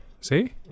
See